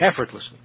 effortlessly